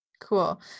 Cool